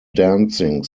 dancing